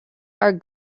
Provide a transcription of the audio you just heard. are